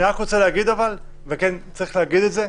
אני רק רוצה להגיד, וצריך להגיד את זה: